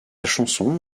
chanson